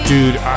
Dude